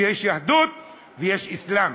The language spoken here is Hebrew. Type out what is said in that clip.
שיש יהדות ויש אסלאם,